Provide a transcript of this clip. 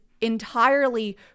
entirely